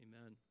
Amen